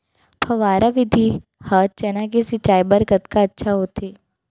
फव्वारा विधि ह चना के सिंचाई बर कतका अच्छा होथे?